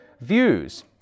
views